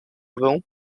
vão